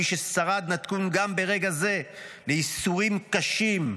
ומי ששרד נתון גם ברגע זה לייסורים קשים,